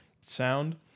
sound